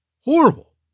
Horrible